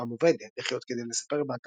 באתר עם עובד לחיות כדי לספר,